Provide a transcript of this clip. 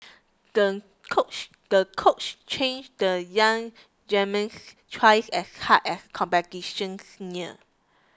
the coach the coach trained the young twice as hard as competitions near